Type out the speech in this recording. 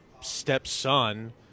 stepson